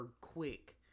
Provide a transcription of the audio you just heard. quick